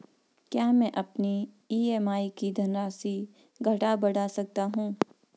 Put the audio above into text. क्या मैं अपनी ई.एम.आई की धनराशि घटा बढ़ा सकता हूँ?